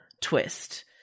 twist